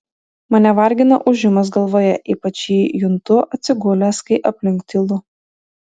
mane vargina ūžimas galvoje ypač jį juntu atsigulęs kai aplink tylu